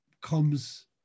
comes